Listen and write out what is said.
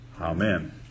Amen